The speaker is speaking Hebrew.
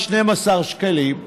ב-12 שקלים.